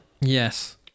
Yes